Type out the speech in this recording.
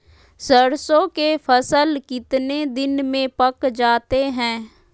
सरसों के फसल कितने दिन में पक जाते है?